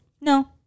no